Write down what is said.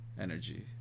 energy